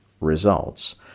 results